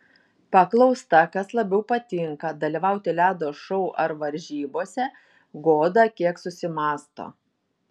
paklausta kas labiau patinka dalyvauti ledo šou ar varžybose goda kiek susimąsto